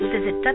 visit